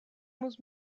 muss